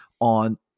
on